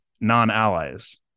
non-allies